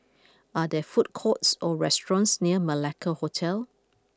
are there food courts or restaurants near Malacca Hotel